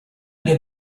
get